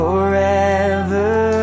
Forever